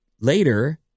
later